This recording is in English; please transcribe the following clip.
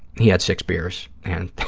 he had six beers, and,